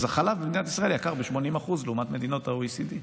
אז החלב במדינת ישראל יקר ב-80% לעומת מדינות ה-OECD.